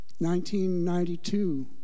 1992